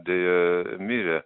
deja mirė